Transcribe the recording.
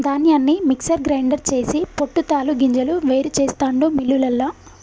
ధాన్యాన్ని mixer grinder చేసి పొట్టు తాలు గింజలు వేరు చెస్తాండు మిల్లులల్ల